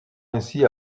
ainsi